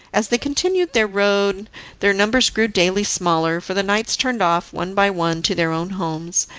as they continued their road their numbers grew daily smaller, for the knights turned off one by one to their own homes,